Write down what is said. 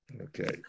Okay